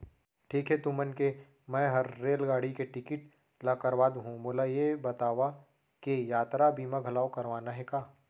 ठीक हे तुमन के मैं हर रेलगाड़ी के टिकिट ल करवा दुहूँ, मोला ये बतावा के यातरा बीमा घलौ करवाना हे का?